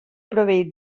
proveït